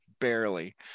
Barely